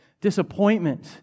disappointment